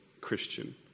Christian